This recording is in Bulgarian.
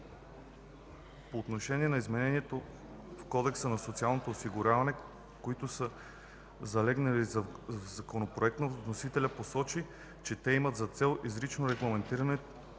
По отношение на измененията в Кодекса за социално осигуряване, които са залегнали в Законопроекта, вносителят посочи, че те имат за цел изричното регламентиране